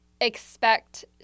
expect